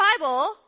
Bible